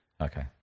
Okay